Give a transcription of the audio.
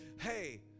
Hey